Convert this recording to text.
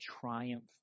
triumph